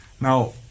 Now